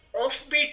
offbeat